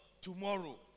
tomorrow